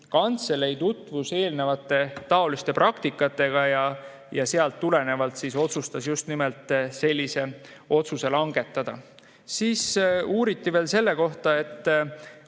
kantselei tutvus eelneva praktikaga ja sellest tulenevalt otsustas just nimelt sellise otsuse langetada. Siis uuriti veel selle kohta, et